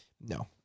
no